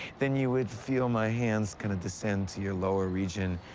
then you would feel my hands kind of descend to your lower region,